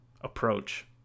approach